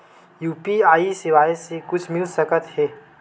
UPI सेवाएं से कुछु मिल सकत हे?